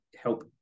help